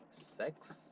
sex